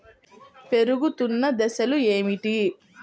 పెరుగుతున్న దశలు ఏమిటి?